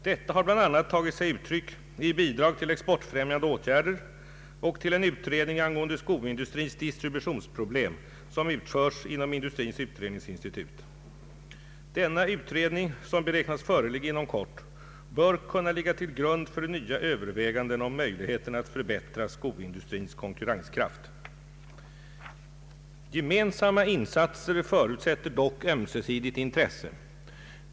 Detta har bl.a. tagit sig uttryck i bidrag till exportfrämjande åtgärder och till en utredning angående skoindustrins distributionsproblem som utförs inom Industriens utredningsinstitut. Denna utredning, som beräknas föreligga inom kort, bör kunna ligga till grund för nya överväganden om möjligheterna att förbättra skoindustrins konkurrenskraft. Gemensamma insatser förutsätter dock ömsesidigt intresse.